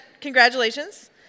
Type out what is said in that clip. congratulations